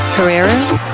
Carreras